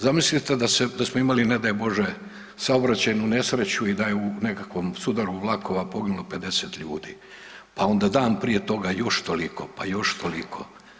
Zamislite da se, da smo imali, ne daj Bože, saobraćajnu nesreću i da je u nekakvom sudaru vlakova poginulo 50 ljudi, pa onda dan prije toga još toliko, pa još toliko.